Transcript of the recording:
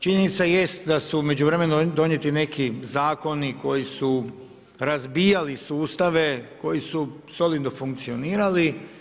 Činjenica jest, da su u međuvremenu donijeti neki zakoni, koji su razbijali sustave, koji su solidno funkcionirali.